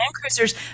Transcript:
Cruisers